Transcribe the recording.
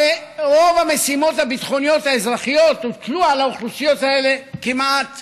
הרי רוב המשימות הביטחוניות האזרחיות הוטלו על האוכלוסיות האלה כמעט